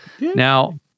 Now